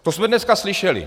To jsme dneska slyšeli.